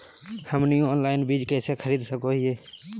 हमनी ऑनलाइन बीज कइसे खरीद सको हीयइ?